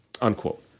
unquote